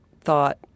thought